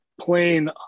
playing